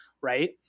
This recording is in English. right